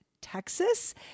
texas